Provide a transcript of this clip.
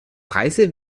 preise